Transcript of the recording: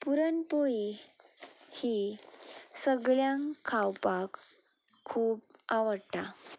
पुरणपोळी ही सगल्यांक खावपाक खूब आवडटा